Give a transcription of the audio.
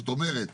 זאת אומרת,